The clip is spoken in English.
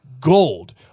gold